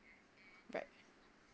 right